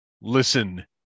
listen